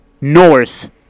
north